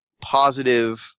positive